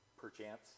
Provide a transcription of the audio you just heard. perchance